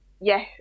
yes